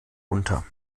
unter